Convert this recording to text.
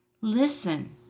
listen